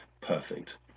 perfect